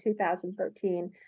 2013